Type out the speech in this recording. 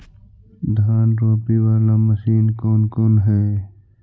धान रोपी बाला मशिन कौन कौन है?